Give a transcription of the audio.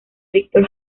víctor